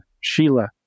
Sheila